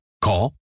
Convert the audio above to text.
Call